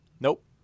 nope